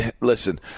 Listen